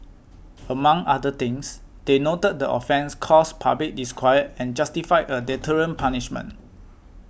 among other things they noted the offence caused public disquiet and justified a deterrent punishment